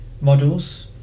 models